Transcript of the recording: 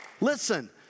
Listen